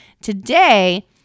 Today